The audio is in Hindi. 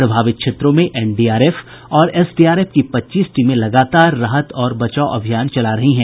प्रभावित क्षेत्रों में एनडीआरएफ और एसडीआरएफ की पच्चीस टीमें लगातार राहत और बचाव अभियान चला रही हैं